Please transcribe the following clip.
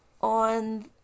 On